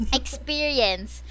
experience